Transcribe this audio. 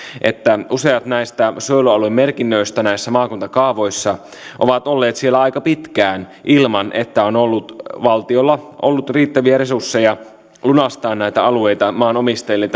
että useat näistä suojelualuemerkinnöistä maakuntakaavoissa ovat olleet siellä aika pitkään ilman että on ollut valtiolla riittäviä resursseja lunastaa näitä alueita maanomistajille